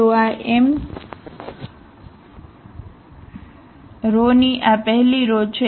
તો આ mth row ની આ પહેલી રો છે